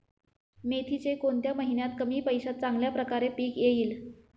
मेथीचे कोणत्या महिन्यात कमी पैशात चांगल्या प्रकारे पीक येईल?